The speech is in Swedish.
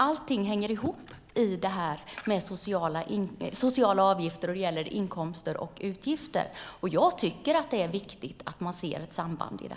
Allt hänger dock ihop när det gäller sociala avgifter, inkomster och utgifter, och jag tycker att det är viktigt att se det sambandet.